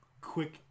quick